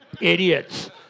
Idiots